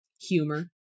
Humor